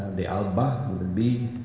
de alba, with a b,